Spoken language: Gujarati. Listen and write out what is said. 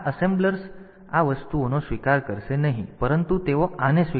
તેથી આ એસેમ્બલર્સ આ વસ્તુઓને તેઓ સ્વીકારશે નહીં પરંતુ તેઓ આને સ્વીકારશે